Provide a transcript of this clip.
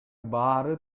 баары